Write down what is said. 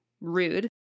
rude